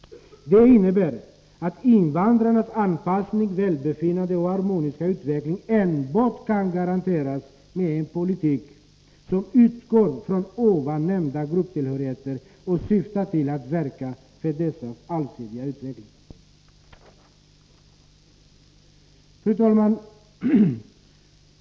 Det innebär att invandrarnas anpassning, välbefinnande och harmoniska utveckling enbart kan garanteras med en politik som utgår från de nu nämnda grupptillhörigheterna och som syftar till att verka för deras allsidiga utveckling. Fru talman!